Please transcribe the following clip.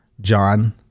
John